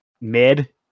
mid